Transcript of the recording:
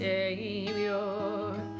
Savior